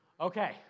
Okay